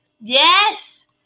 Yes